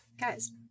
guys